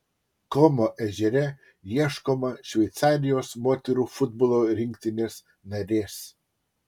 komo ežere ieškoma šveicarijos moterų futbolo rinktinės narės